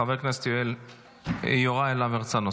חבר הכנסת יוראי להב הרצנו,